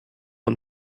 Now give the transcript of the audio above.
and